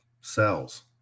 cells